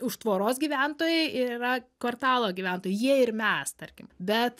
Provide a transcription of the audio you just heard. už tvoros gyventojai ir yra kvartalo gyventojai jie ir mes tarkim bet